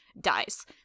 dies